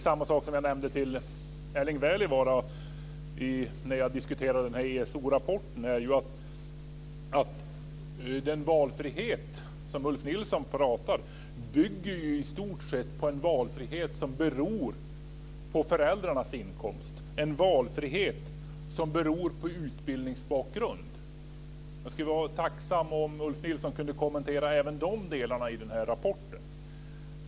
Samma sak som jag nämnde för Erling Wälivaara när vi diskuterade ESO-rapporten är att den valfrihet som Ulf Nilsson pratar om i stort sett bygger på en valfrihet som beror på föräldrarnas inkomst, en valfrihet som beror på utbildningsbakgrund. Jag skulle vara tacksam om Ulf Nilsson kunde kommentera även de delarna i den här rapporten.